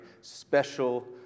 special